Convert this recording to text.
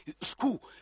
school